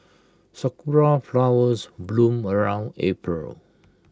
Sakura Flowers bloom around April